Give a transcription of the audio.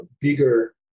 bigger